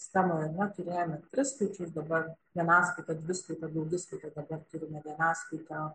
sistemoje na turėjome tris skaičius dabar vienaskaitą dviskaitą daugiskaitą dabar turime vienaskaitą